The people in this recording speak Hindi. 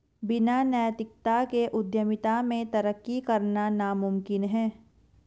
बिना नैतिकता के उद्यमिता में तरक्की करना नामुमकिन है